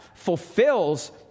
fulfills